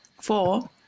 Four